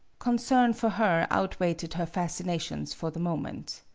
concern for her outweighed her fascinations for the moment.